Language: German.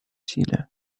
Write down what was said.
chile